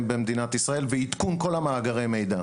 במדינת ישראל ועדכון כל מאגרי המידע.